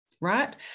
Right